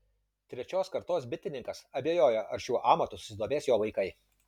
trečios kartos bitininkas abejoja ar šiuo amatu susidomės jo vaikai